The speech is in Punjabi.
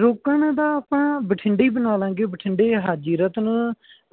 ਰੁਕਣ ਦਾ ਆਪਾਂ ਬਠਿੰਡੇ ਹੀਬਣਾ ਲਵਾਂਗੇ ਬਠਿੰਡੇ ਹਾਜੀ ਰਤਨ